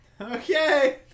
Okay